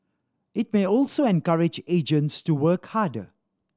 it may also encourage agents to work harder